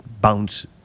bounce